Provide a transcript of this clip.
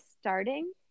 starting